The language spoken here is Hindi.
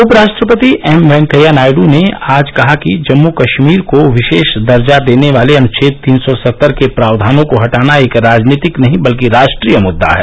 उपराष्ट्रपति एम वेंकैया नायडू ने आज कहा कि जम्मू कश्मीर को विशेष दर्जा देने वाले अनुच्छेद तीन सौ सत्तर के प्रावधानों को हटाना एक राजनीतिक नहीं बल्कि राष्ट्रीय मुद्दा है